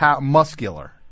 muscular